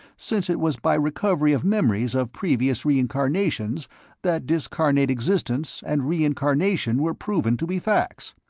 since it was by recovery of memories of previous reincarnations that discarnate existence and reincarnation were proven to be facts.